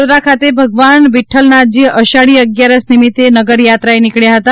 વડોદરા ખાતે ભગવાન વિઠ્ઠલનાથજી અષાઢી અગિયારસ નિમિત્તે નગરયાત્રાએ નિકળ્યા હતા